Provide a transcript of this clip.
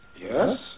Yes